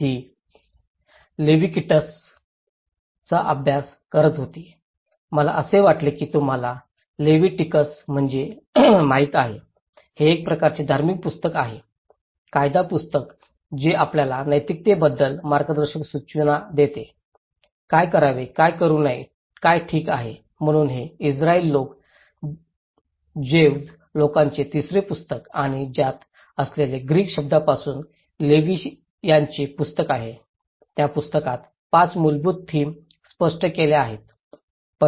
ती लेविटीकसचा अभ्यास करत होती मला असे वाटते की तुम्हाला लेविटीकस माहित आहे हे एक प्रकारचे धार्मिक पुस्तक आहे कायदा पुस्तक जे आपल्याला नैतिकतेबद्दल मार्गदर्शक सूचना देते काय करावे काय करू नये काय ठीक आहे म्हणून हे इस्त्रायली लोक जेव्हस लोकांचे तिसरे पुस्तक आणि ज्यात आलेल्या ग्रीक शब्दापासून लेवीयांचे पुस्तक आहे त्या पुस्तकात पाच मूलभूत थीम स्पष्ट केल्या आहेत